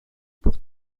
pour